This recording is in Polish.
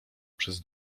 przez